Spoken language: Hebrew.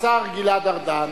השר גלעד ארדן.